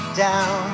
down